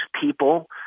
people